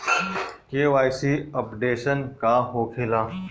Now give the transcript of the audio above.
KYC updation का होखेला?